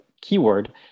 keyword